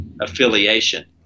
affiliation